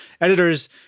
editors